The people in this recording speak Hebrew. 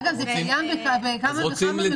אגב, זה קיים בכמה וכמה מקומות.